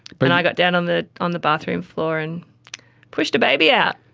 but and i got down on the on the bathroom floor and pushed a baby out.